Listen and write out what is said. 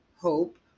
Hope